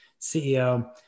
CEO